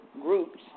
groups